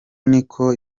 niko